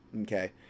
Okay